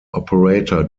operator